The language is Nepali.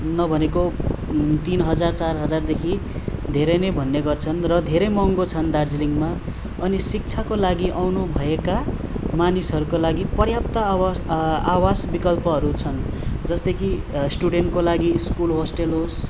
नभनेको तिन हजार चार हजारदेखि धेरै नै भन्ने गर्छन् र धेरै महँगो छन् दार्जिलिङमा अनि शिक्षाको लागि आउनु भएका मानिसहरूको लागि पर्याप्त आवास आवास विकल्पहरू छन् जस्तै कि स्टुडेन्टको लागि स्कुल होस्टेल होस्